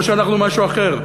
או שאנחנו משהו אחר?